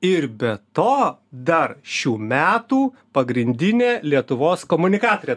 ir be to dar šių metų pagrindinė lietuvos komunikatorė